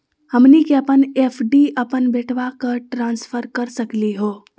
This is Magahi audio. हमनी के अपन एफ.डी अपन बेटवा क ट्रांसफर कर सकली हो?